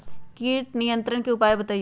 किट नियंत्रण के उपाय बतइयो?